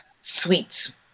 sweet